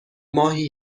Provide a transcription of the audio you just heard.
ماهی